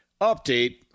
update